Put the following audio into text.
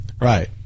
Right